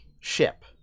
ship